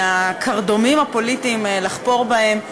מהקרדומים הפוליטיים לחפור בהם,